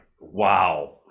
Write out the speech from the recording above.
Wow